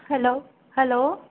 hello hello